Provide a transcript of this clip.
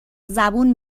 زبون